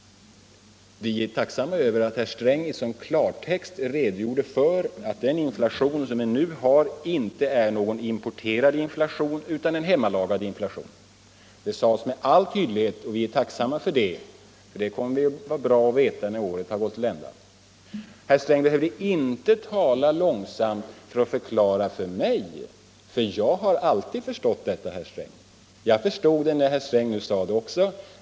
Vi är tacksamma över att herr Sträng i klartext redogjorde för att den nu rådande inflationen i vårt land inte är importerad utan hemlagad. Det sades med all tydlighet, vilket vi är tacksamma för. Det kan vara bra att veta när året har gått till ända. Herr Sträng behöver inte tala långsamt för att förklara detta för mig. Jag har alltid förstått detta, herr Sträng, och jag förstod det också nu.